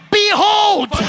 behold